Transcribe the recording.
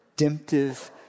redemptive